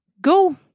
go